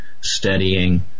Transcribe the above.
studying